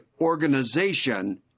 organization